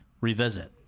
revisit